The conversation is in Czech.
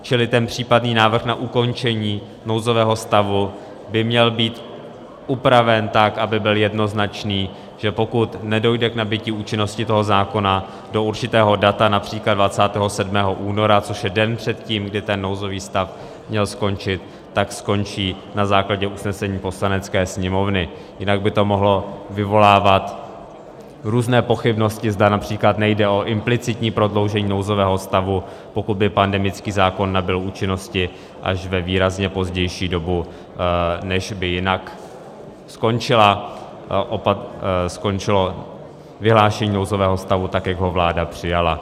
Čili případný návrh na ukončení nouzového stavu by měl být upraven tak, aby byl jednoznačný, že pokud nedojde k nabytí účinnosti toho zákona do určitého data, například do 27. února, což je den předtím, kdy ten nouzový stav měl skončit, tak skončí na základě usnesení Poslanecké sněmovny, jinak by to mohlo vyvolávat různé pochybnosti, zda například nejde o implicitní prodloužení nouzového stavu, pokud by pandemický zákon nabyl účinnosti až ve výrazně pozdější dobu, než by jinak skončilo vyhlášení nouzového stavu, tak jak ho vláda přijala.